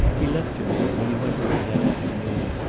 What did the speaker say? he left her there when he went away that afternoon,